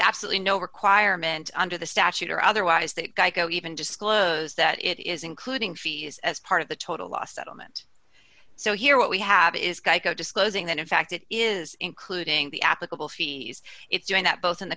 absolutely no requirement under the statute or otherwise that geico even disclose that it is including fees as part of the total last element so here what we have is geico disclosing that in fact it is including the applicable fees it's doing that both in the